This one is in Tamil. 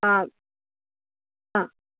ஆமா ஆ